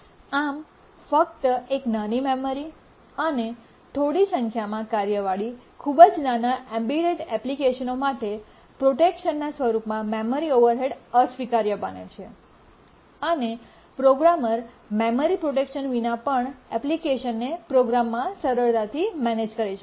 આમ ફક્ત એક નાની મેમરી અને થોડી સંખ્યામાં કાર્યવાળી ખૂબ જ નાના એમ્બેડ એપ્લિકેશનો માટે પ્રોટેક્શનના સ્વરૂપમાં મેમરી ઓવરહેડ અસ્વીકાર્ય બને છે અને પ્રોગ્રામર મેમરી પ્રોટેક્શન વિના પણ એપ્લિકેશનને પ્રોગ્રામમાં સરળતાથી મેનેજ કરી શકે છે